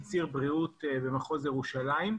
אני ציר בריאות במחוז ירושלים.